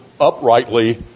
uprightly